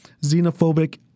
xenophobic